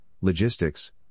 logistics